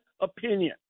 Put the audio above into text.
opinion